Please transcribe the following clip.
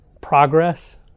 Progress